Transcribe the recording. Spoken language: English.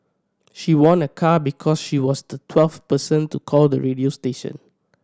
she won a car because she was the twelfth person to call the radio station